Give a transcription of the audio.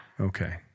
okay